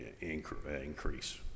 increase